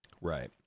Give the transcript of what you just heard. Right